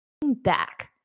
back